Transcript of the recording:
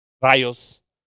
Rayos